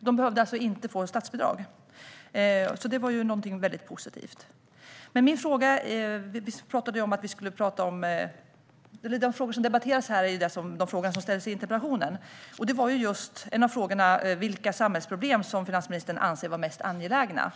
De behövde alltså inte få statsbidrag, och det var väldigt positivt. De frågor vi ska debattera här är dock de frågor som ställdes i interpellationen, och en av frågorna var vilka samhällsproblem finansministern anser vara mest angelägna.